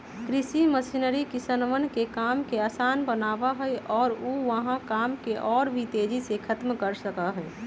कृषि मशीनरी किसनवन के काम के आसान बनावा हई और ऊ वहां काम के और भी तेजी से खत्म कर सका हई